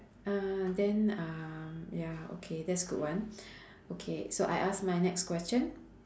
uh then uh ya okay that's a good one okay so I ask my next question